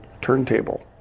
turntable